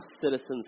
citizens